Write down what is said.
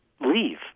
leave